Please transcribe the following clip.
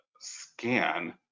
scan